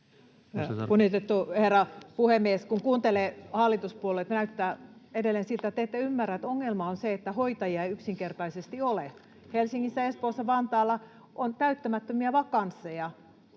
Kun kuuntelee hallituspuolueita, näyttää edelleen siltä, että te ette ymmärrä, että ongelma on se, että hoitajia ei yksinkertaisesti ole. [Kimmo Kiljunen: Sen takia koulutukseen